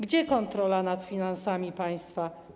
Gdzie kontrola nad finansami państwa?